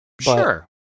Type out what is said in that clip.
Sure